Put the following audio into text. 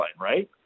right